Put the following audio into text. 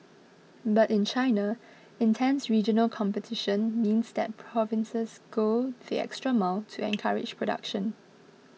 but in China intense regional competition means that provinces go the extra mile to encourage production